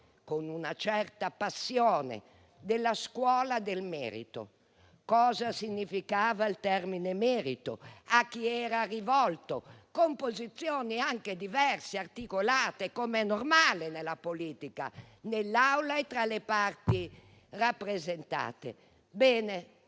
e una certa passione, della scuola del merito, di cosa significava il termine "merito" e a chi era rivolto, con posizioni anche diverse e articolate, com'è normale in politica, in Assemblea e tra le parti rappresentate. Bene,